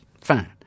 Fine